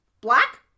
Black